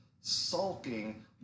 sulking